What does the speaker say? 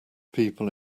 people